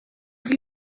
chi